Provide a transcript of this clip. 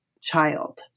child